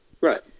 Right